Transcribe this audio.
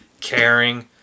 Caring